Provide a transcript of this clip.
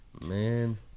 man